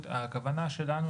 עצמו?